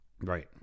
Right